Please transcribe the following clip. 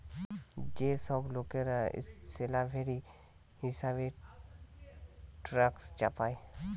যে সব লোকরা স্ল্যাভেরি হিসেবে ট্যাক্স চাপায়